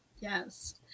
Yes